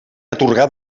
atorgar